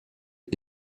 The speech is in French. est